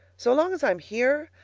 so long as i am here,